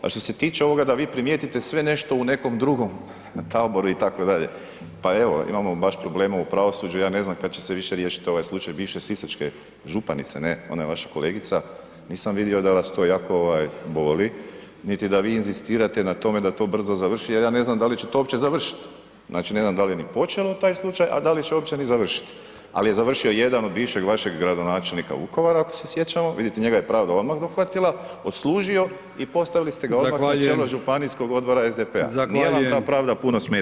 A što se tiče ovoga da vi primijetite sve nešto u nekom drugom taboru itd., pa evo, imamo baš problema u pravosuđu, ja ne znam kad će se više riješiti ovaj slučaj bivše sisačke županice, ona je vaša kolegica, nisam vidio da vas to jako boli, niti da vi inzistirate na tome da to brzo završi jer ja ne znam da li će to uopće završit, znači ne znam ni da li je počelo taj slučaj a da li će uopće ni završit ali je završio jedan od bivšeg vašeg gradonačelnika Vukovara ako se sjećamo, vidite, njega je pravda odmah dohvatila, odslužio i postavili ste odmah na čelo županijskog odbora SDP-a, nije vam ta pravda puno smetala.